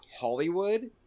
Hollywood